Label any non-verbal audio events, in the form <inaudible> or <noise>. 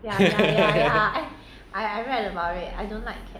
<laughs>